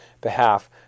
behalf